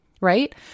Right